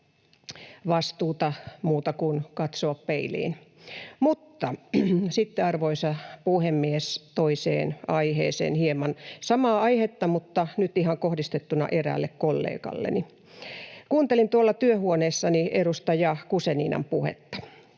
vastuuta, muuta kuin katsoa peiliin. Sitten, arvoisa puhemies, toiseen aiheeseen hieman — samaa aihetta, mutta nyt ihan kohdistettuna eräälle kollegalleni: Kuuntelin tuolla työhuoneessani edustaja Guzeninan puhetta,